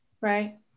Right